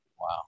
Wow